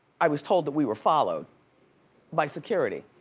i was told that we were followed by security.